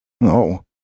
No